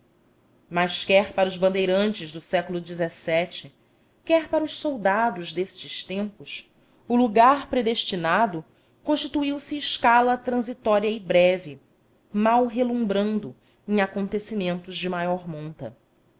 mas quer para os bandeirantes do século xvii quer para os soldados destes tempos o lugar predestinado constituiu se escala transitória e breve mal relembrando em acontecimentos de maior monta